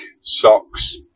socks